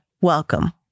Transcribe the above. welcome